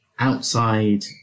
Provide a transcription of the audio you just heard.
Outside